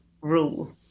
rule